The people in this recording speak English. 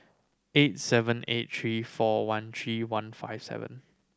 eight seven eight three four one three one five seven